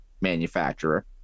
manufacturer